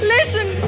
Listen